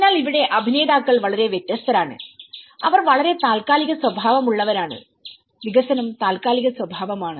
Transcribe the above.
അതിനാൽ ഇവിടെ അഭിനേതാക്കൾ വളരെ വ്യത്യസ്തരാണ് അവർ വളരെ താൽക്കാലിക സ്വഭാവമുള്ളവരാണ് വികസനം താൽക്കാലിക സ്വഭാവമാണ്